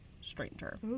stranger